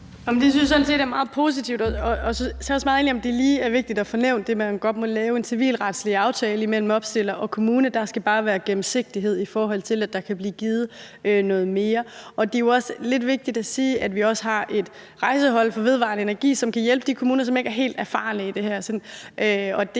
om de nye er det vigtigt at få nævnt det med, at man godt må lave en civilretlig aftale imellem opstiller og kommune; der skal bare være gennemsigtighed, i forhold til at der kan blive givet noget mere. Det er jo også lidt vigtigt at sige, at vi har et rejsehold for vedvarende energi, som kan hjælpe de kommuner, som ikke er helt erfarne med det her.